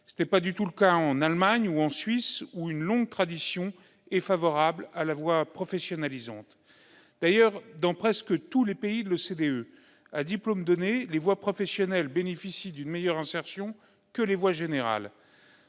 Tel n'est pas du tout le cas en Allemagne ou en Suisse, où une longue tradition est favorable à la voie professionnalisante. D'ailleurs, dans presque tous les pays de l'OCDE, à diplôme donné, les voies professionnelles permettent une meilleure insertion que les voies générales.